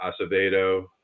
Acevedo